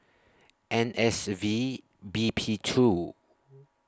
N S V B P two